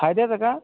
फायद्याचं का